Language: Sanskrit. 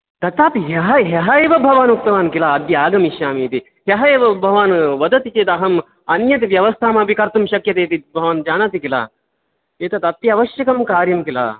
तथापि ह्यः ह्यः एव भवान् उक्तवान् किल अद्य आगमिष्यामि इति ह्यः एव भवान् वदति चेत् अहं अन्यत् व्यवस्थामपि कर्तुं शक्यते इति भवान् जानाति किल एतत् अत्यावश्यकं कार्यं किल